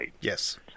Yes